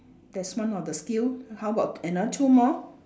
that's one of the skill how about another two more